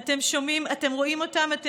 סליחה, רגע.